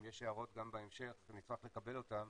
ואם יש הערות גם בהמשך אני אשמח לקבל אותן,